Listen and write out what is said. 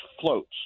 floats